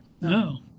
no